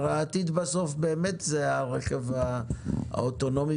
הרי העתיד הוא הרכב האוטונומי,